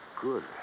Good